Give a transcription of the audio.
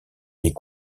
est